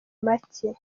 make